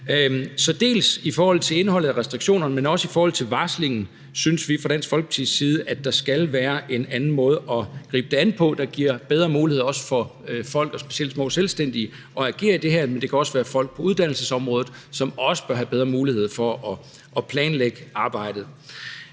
der dels i forhold til indholdet i restriktionerne, dels i forhold til varslingen skal være en anden måde at gribe det an på, der giver bedre mulighed for folk og specielt små selvstændige at agere i det her, men det kan også være folk på uddannelsesområdet, som også bør have bedre mulighed for at planlægge arbejdet.